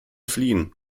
fliehen